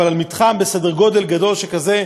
אבל על מתחם בסדר גודל שכזה,